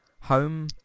home